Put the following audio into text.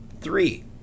three